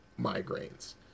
migraines